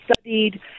studied